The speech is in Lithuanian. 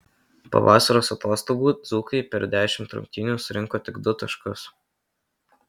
po vasaros atostogų dzūkai per dešimt rungtynių surinko tik du taškus